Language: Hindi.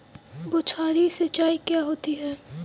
बौछारी सिंचाई क्या होती है?